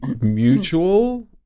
mutual